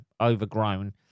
overgrown